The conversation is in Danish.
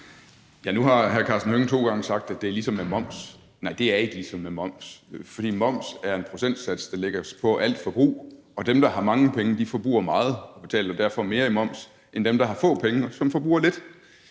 Nu har hr. Karsten Hønge to gange sagt, at det er ligesom med moms. Nej, det er ikke ligesom med moms. For moms er en procentsats, der lægges på alt forbrug, og dem, der har mange penge, forbruger meget og betaler derfor mere i moms end dem, der har få penge, og som forbruger lidt.